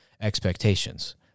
expectations